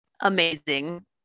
amazing